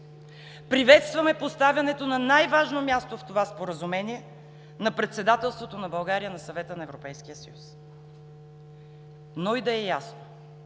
Приветстваме поставянето на най-важното място в това споразумение на председателството на България на Съвета на Европейския съюз. Но и да е ясно,